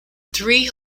three